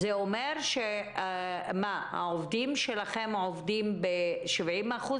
האם זה אומר שהעובדים שלכם עובדים ב-70%